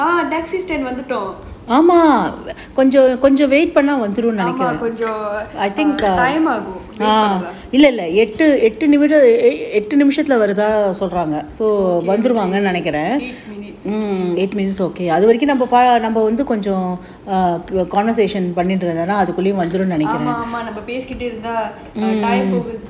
ah taxi stand வந்துட்டோம் ஆமா கொஞ்சம் ஆகும்:vanthutom aamaa konjam agum wait forever பண்ணலாம்:pannalaam okay okay eight minutes okay ஆமா ஆமா நம்ம பேசிகிட்டு இருந்தா:aamaa aamaa namma pesikittu irunthaa time போகறதே தெரில:pogarathae terila